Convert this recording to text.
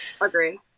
Agree